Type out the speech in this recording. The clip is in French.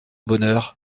bonheur